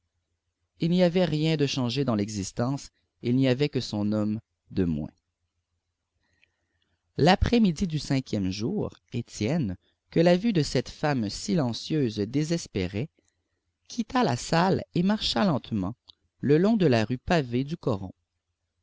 il n'y avait rien de changé dans l'existence il n'y avait que son homme de moins l'après-midi du cinquième jour étienne que la vue de cette femme silencieuse désespérait quitta la salle et marcha lentement le long de la rue pavée du coron